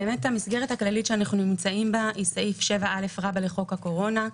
המסגרת הכללית שאנחנו נמצאים בה היא סעיף 7א רבא לחוק הקורונה.